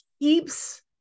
keeps